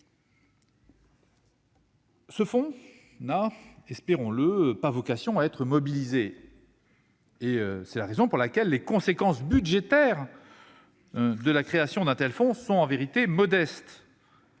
Ce fonds n'a, espérons-le, pas vocation à être souvent mobilisé. C'est la raison pour laquelle les conséquences budgétaires de sa création seraient, à la vérité, modestes